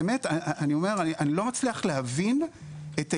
באמת, אני לא מצליח להבין את ההיגיון.